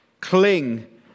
Cling